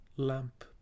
Lamp